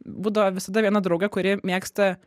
būdavo visada viena draugė kuri mėgsta